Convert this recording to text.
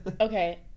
okay